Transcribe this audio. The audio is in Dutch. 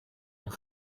een